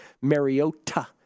Mariota